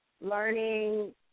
learning